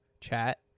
chat